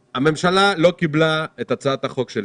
הממשלה לא קיבלה את הצעת החוק של